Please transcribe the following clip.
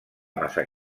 massa